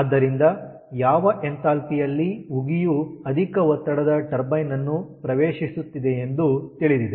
ಆದ್ದರಿಂದ ಯಾವ ಎಂಥಾಲ್ಪಿ ಯಲ್ಲಿ ಉಗಿಯು ಅಧಿಕ ಒತ್ತಡದ ಟರ್ಬೈನ್ ಅನ್ನು ಪ್ರವೇಶಿಸುತ್ತಿದೆಯೆಂದು ತಿಳಿದಿದೆ